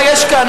אולי יש כאן,